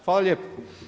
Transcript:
Hvala lijepo.